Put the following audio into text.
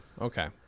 Okay